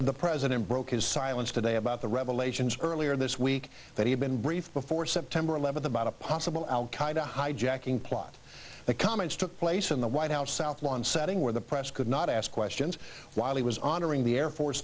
hijackings the president broke his silence today about the revelations earlier this week that he'd been briefed before september eleventh about a possible al qaeda hijacking plot the comments took place in the white house south lawn setting where the press could not ask questions while he was honoring the air force